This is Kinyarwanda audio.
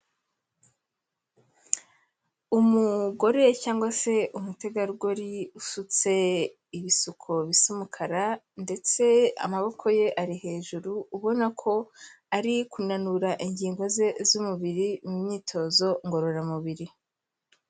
Umugore cyangwa se umutegarugori usutse ibisuko bisa umukara ndetse amaboko ye ari hejuru, ubona ko ari kunanura ingingo ze z'umubiri mu myitozo ngororamubiri.